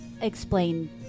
explain